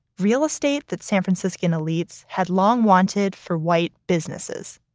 real estate that san franciscan elites had long wanted for white businesses.